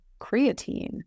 creatine